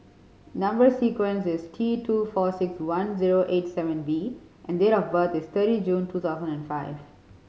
number sequence is T two four six one zero eight seven V and date of birth is thirty June two thousand and five